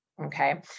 Okay